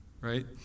right